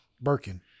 Birkin